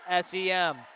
SEM